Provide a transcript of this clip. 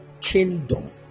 kingdom